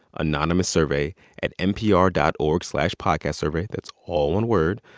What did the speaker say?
anonymous survey at npr dot org slash podcastsurvey. that's all one word.